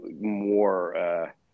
more